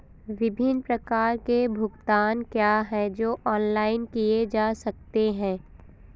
विभिन्न प्रकार के भुगतान क्या हैं जो ऑनलाइन किए जा सकते हैं?